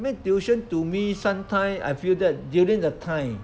I mean tuition to me sometime I feel that during that time